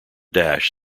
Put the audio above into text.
dash